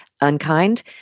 unkind